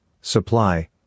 supply